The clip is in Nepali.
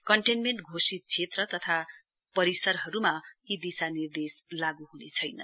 कन्टेन्मेन्ट घोषित क्षेत्र तथा परिसरहरूमा यी दिशानिर्देश लागु हुनेछैन